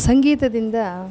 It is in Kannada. ಸಂಗೀತದಿಂದ